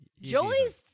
Joey's